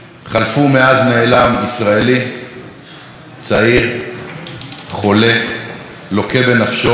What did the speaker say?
חלפו מאז נעלם ישראלי צעיר, חולה, לוקה בנפשו,